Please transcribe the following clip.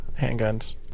handguns